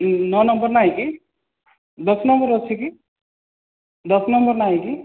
ଉଁ ନଅ ନମ୍ବର ନାହିଁ କି ଦଶ ନମ୍ବର ଅଛି କି ଦଶ ନମ୍ବର ନାହିଁ କି